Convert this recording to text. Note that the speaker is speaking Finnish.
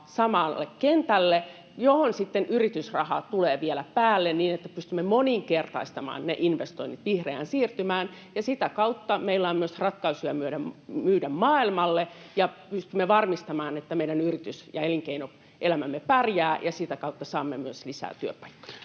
samalle kentälle, johon sitten yritysrahaa tulee vielä päälle, niin että pystymme moninkertaistamaan ne investoinnit vihreään siirtymään. Sitä kautta meillä on myös ratkaisuja myydä maailmalle ja pystymme varmistamaan, että meidän yritys‑ ja elinkeinoelämämme pärjää, ja sitä kautta saamme myös lisää työpaikkoja.